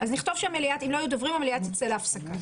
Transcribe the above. אז לכתוב שאם לא מדברים, המליאה תצא להפסקה.